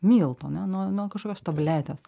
miltų ane nuo nuo kažkokios tabletės